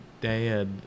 dad